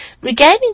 Regaining